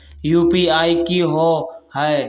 UPI कि होअ हई?